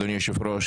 אדוני היושב ראש,